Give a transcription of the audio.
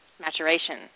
maturation